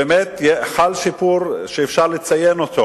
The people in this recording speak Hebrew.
באמת, חל שיפור שאפשר לציין אותו